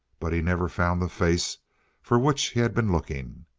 but he never found the face for which he had been looking.